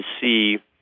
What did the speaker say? see